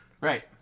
Right